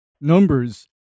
numbers